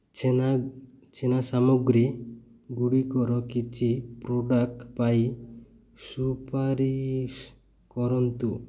ଛେନା ଛେନା ସାମଗ୍ରୀଗୁଡ଼ିକର କିଛି ପ୍ରଡ଼କ୍ଟ୍ ପାଇଁ ସୁପାରିଶ କରନ୍ତୁ